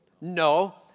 no